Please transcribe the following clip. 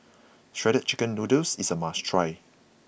Shredded Chicken Noodles is a must try